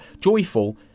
joyful